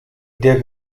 der